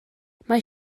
mae